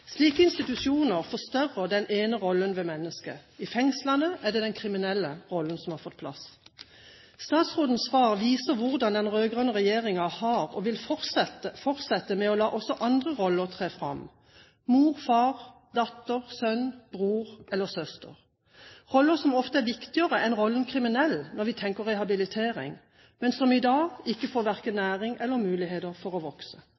Slike institusjoner forstørrer den ene rollen ved mennesket. I fengslene er det den kriminelle rollen som har fått plass. Statsrådens svar viser hvordan den rød-grønne regjeringen har latt, og også vil fortsette å la, også andre roller tre fram: mor, far, datter, sønn, bror eller søster, roller som ofte er viktigere enn rollen kriminell når vi tenker rehabilitering, men som i dag ikke får verken næring eller muligheter til å vokse.